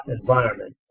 environment